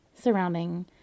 surrounding